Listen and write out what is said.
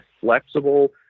flexible